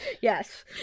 Yes